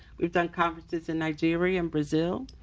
we've done conferences in nigeria and brazil,